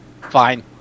Fine